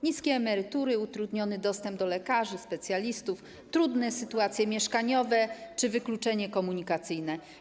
Niskie emerytury, utrudniony dostęp do lekarzy specjalistów, trudne sytuacje mieszkaniowe czy wykluczenie komunikacyjne.